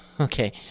Okay